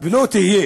ולא תהיה